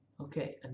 okay